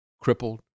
crippled